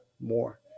More